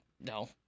No